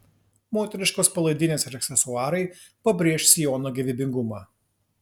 moteriškos palaidinės ir aksesuarai pabrėš sijono gyvybingumą